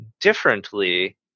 differently